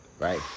Right